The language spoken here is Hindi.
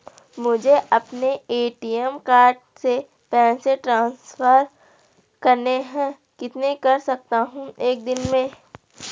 मुझे अपने ए.टी.एम कार्ड से पैसे ट्रांसफर करने हैं कितने कर सकता हूँ एक दिन में?